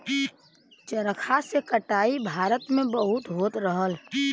चरखा से कटाई भारत में बहुत होत रहल